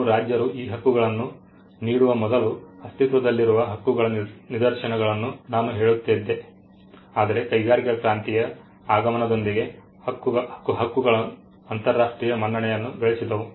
ಕೆಲವು ರಾಜರು ಈ ಹಕ್ಕುಗಳನ್ನು ನೀಡುವ ಮೊದಲು ಅಸ್ತಿತ್ವದಲ್ಲಿರುವ ಹಕ್ಕುಗಳ ನಿದರ್ಶನಗಳನ್ನು ನಾನು ಹೇಳುತ್ತಿದ್ದೆ ಆದರೆ ಕೈಗಾರಿಕಾ ಕ್ರಾಂತಿಯ ಆಗಮನದೊಂದಿಗೆ ಹಕ್ಕುಗಳು ಅಂತರರಾಷ್ಟ್ರೀಯ ಮನ್ನಣೆಯನ್ನು ಗಳಿಸಿದವು